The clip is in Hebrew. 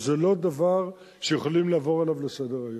זה לא דבר שיכולים לעבור עליו לסדר-היום.